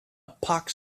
pox